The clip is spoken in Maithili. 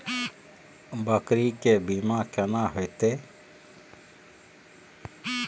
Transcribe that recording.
बकरी के बीमा केना होइते?